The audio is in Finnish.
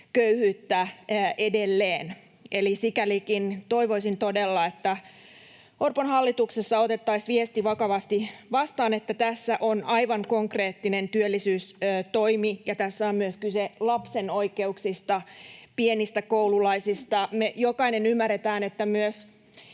köyhyyttä edelleen. Sikälikin toivoisin todella, että Orpon hallituksessa otettaisiin viesti vakavasti vastaan, että tässä on aivan konkreettinen työllisyystoimi. Tässä on myös kyse lapsen oikeuksista, pienistä koululaisista. Me jokainen ymmärretään, että myöskään